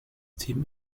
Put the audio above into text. team